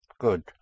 Good